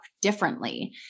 differently